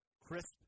crisp